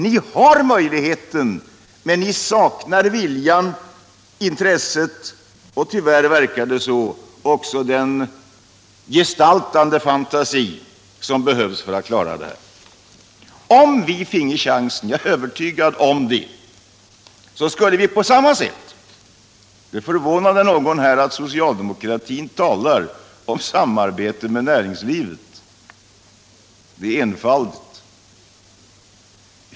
Ni har möjligheten, men ni saknar viljan, intresset och —- tyvärr verkar det så — också den gestaltande fantasi som behövs för att klara detta. Jag är överlygad om att om vi finge chansen skulle vi åstadkomma en effektivare satsning i samarbete med näringslivet. Det kanske förvånar någon här att socialdemokratin talar om samarbete med näringslivet, men det är i så fall enfaldigt.